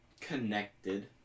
connected